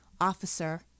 Officer